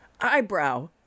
eyebrow